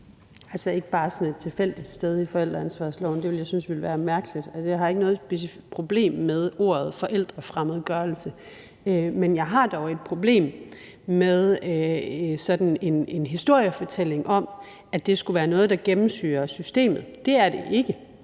Det er ikke bare sådan et tilfældigt sted i forældreansvarsloven. Det ville jeg synes ville være mærkeligt. Altså, jeg har ikke noget problem med ordet forældrefremmedgørelse, men jeg har dog et problem med sådan en historiefortælling om, at det skulle være noget, der gennemsyrer systemet. Det er det ikke.